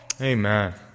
Amen